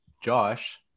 josh